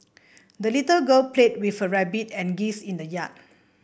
the little girl played with her rabbit and geese in the yard